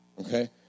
Okay